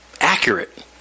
accurate